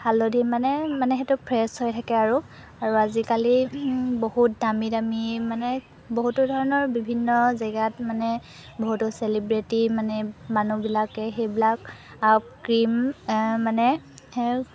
হালধি মানে মানে সেইটো ফ্ৰেছ হৈ থাকে আৰু আৰু আজিকালি বহুত দামী দামী মানে বহুতো ধৰণৰ বিভিন্ন জেগাত মানে বহুতো চেলিব্ৰেটি মানে মানুহবিলাকে সেইবিলাক ক্ৰীম মানে সেই